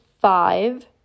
five